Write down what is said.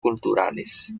culturales